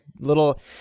little